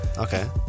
Okay